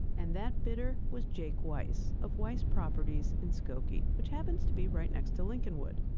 and that bidder was jake weiss, of weiss properties in skokie, which happens to be right next to lincolnwood.